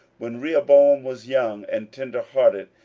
when rehoboam was young and tenderhearted,